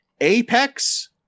Apex